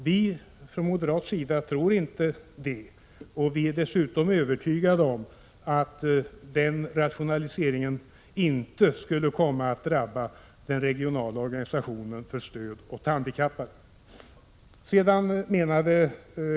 Vi från moderat sida har inte den uppfattningen, och vi är dessutom övertygade om att denna rationalisering inte skulle komma att drabba den regionala organisationen för stöd åt handikappade.